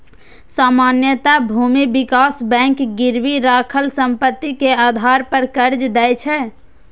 सामान्यतः भूमि विकास बैंक गिरवी राखल संपत्ति के आधार पर कर्ज दै छै